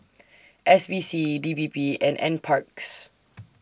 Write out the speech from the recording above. S P C D P P and N Parks